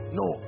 no